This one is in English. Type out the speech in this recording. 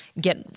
get